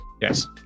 Yes